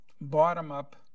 bottom-up